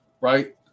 right